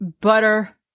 butter